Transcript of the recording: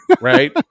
right